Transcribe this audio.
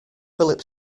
philip